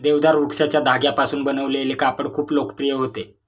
देवदार वृक्षाच्या धाग्यांपासून बनवलेले कापड खूप लोकप्रिय होते